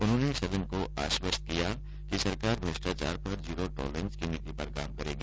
उन्होंने सदन को आश्वस्त किया कि सरकार भ्रष्टाचार पर जीरो टॉलरेंस की नीति पर काम करेगी